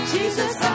Jesus